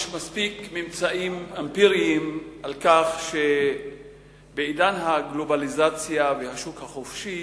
יש מספיק ממצאים אמפיריים על כך שבעידן הגלובליזציה והשוק החופשי